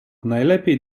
najlepiej